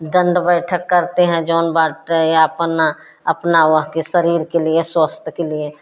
दंड बैठक करते हैं जोन बाटे अपना अपना वहाँ के शरीर के लिए स्वास्थ्य के लिए